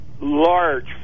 large